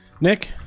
Nick